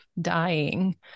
dying